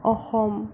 Assam